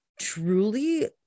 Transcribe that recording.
truly